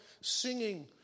singing